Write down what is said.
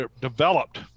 developed